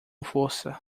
força